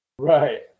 Right